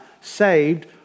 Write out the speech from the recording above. saved